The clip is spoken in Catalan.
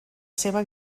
seva